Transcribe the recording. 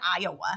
Iowa